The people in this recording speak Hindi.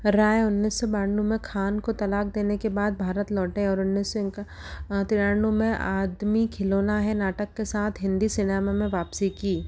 राय उन्निस सौ बानवे में खान को तलाक देने के बाद भारत लौटें और उन्निस सौ तिरानवे में आदमी खिलौना है नाटक के साथ हिंदी सिनेमा में वापसी की